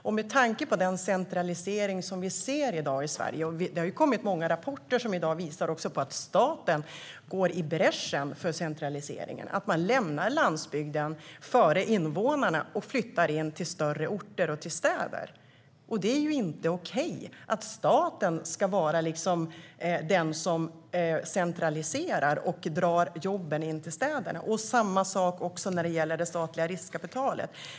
Vi ser i dag en centralisering i Sverige, och det har kommit många rapporter som visar att staten går i bräschen för centraliseringen och att man lämnar landsbygden före invånarna och flyttar in till större orter och till städer. Det är inte okej att staten ska vara den som centraliserar och drar jobben in till städerna. Samma sak gäller det statliga riskkapitalet.